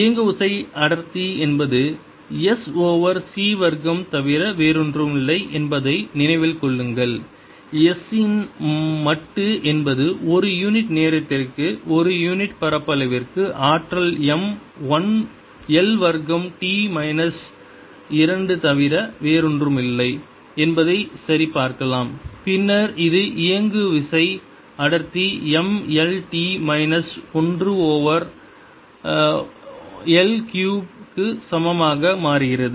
இயங்குவிசை அடர்த்தி என்பது s ஓவர் c வர்க்கம் தவிர வேறொன்றுமில்லை என்பதை நினைவில் கொள்ளுங்கள் s இன் மட்டு என்பது ஒரு யூனிட் நேரத்திற்கு ஒரு யூனிட் பரப்பளவிற்கு ஆற்றல் m l வர்க்கம் t மைனஸ் இரண்டு தவிர வேறொன்றுமில்லை என்பதை சரிபார்க்கலாம் பின்னர் இது இயங்குவிசை அடர்த்திக்கு m l t மைனஸ் ஒன்று ஓவர் l கியூப் க்கு சமமாக மாறுகிறது